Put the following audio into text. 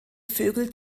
vögel